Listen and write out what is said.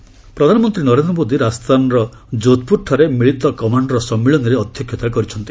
PM Jodhpur ପ୍ରଧାନମନ୍ତ୍ରୀ ନରେନ୍ଦ୍ର ମୋଦି ରାଜସ୍ଥାନର ଯୋଧପୁରଠାରେ ମିଳିତ କମାଣ୍ଡର ସମ୍ମିଳନୀରେ ଅଧ୍ୟକ୍ଷତା କରିଛନ୍ତି